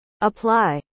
apply